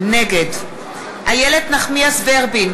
נגד איילת נחמיאס ורבין,